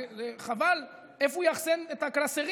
זה חבל, איפה הוא יאחסן את הקלסרים?